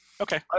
Okay